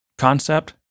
concept